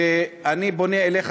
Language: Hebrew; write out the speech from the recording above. ואני פונה אליך,